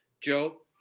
Joe